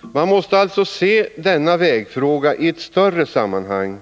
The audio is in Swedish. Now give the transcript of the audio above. Man måste alltså se denna vägfråga i ett större sammanhang.